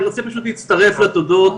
אני רוצה להצטרף לתודות,